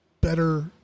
better